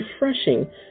refreshing